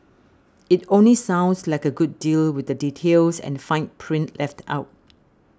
it only sounds like a good deal with the details and fine print left out